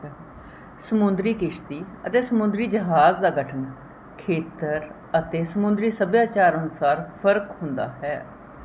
ਸਮੁੰਦਰੀ ਕਿਸ਼ਤੀ ਅਤੇ ਸਮੁੰਦਰੀ ਜਹਾਜ਼ ਦਾ ਗਠਨ ਖੇਤਰ ਅਤੇ ਸਮੁੰਦਰੀ ਸੱਭਿਆਚਾਰ ਅਨੁਸਾਰ ਫ਼ਰਕ ਹੁੰਦਾ ਹੈ